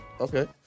Okay